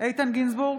איתן גינזבורג,